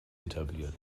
etabliert